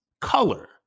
color